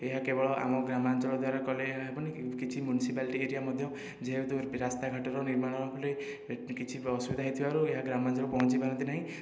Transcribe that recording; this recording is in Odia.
ଏହା କେବଳ ଆମ ଗ୍ରାମାଞ୍ଚଳ ଦ୍ୱାରା କଲେ ଏହା ହେବନି କିଛି ମ୍ୟୁନସିପାଲଟି ଏରିଆ ମଧ୍ୟ ଯେହେତୁ ରାସ୍ତାଘାଟର ନିର୍ମାଣ କଲେ କିଛି ବି ଅସୁବିଧା ହେଇଥିବାରୁ ଏହା ଗ୍ରାମାଞ୍ଚଳକୁ ପହଞ୍ଚିପାରନ୍ତି ନାହିଁ